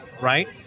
right